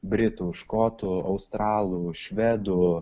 britu škotu australu švedu